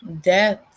death